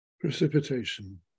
Precipitation